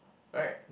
right